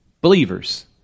Believers